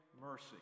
mercy